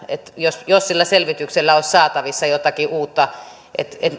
jos jos sillä selvityksellä olisi saatavissa jotakin uutta